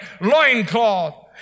loincloth